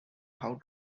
how